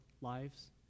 lives